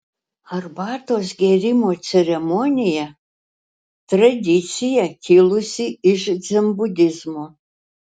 arbatos gėrimo ceremonija tradicija kilusi iš dzenbudizmo